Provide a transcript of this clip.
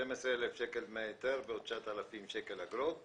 12,000 שקל דמי היתר ועוד 9,000 שקל אגרות.